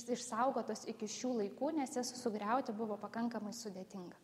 išsaugotos iki šių laikų nes jas sugriauti buvo pakankamai sudėtinga